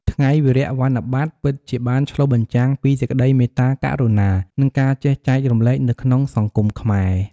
ថ្ងៃវារៈវ័នបតពិតជាបានឆ្លុះបញ្ចាំងពីសេចក្ដីមេត្តាករុណា និងការចេះចែករំលែកនៅក្នុងសង្គមខ្មែរ។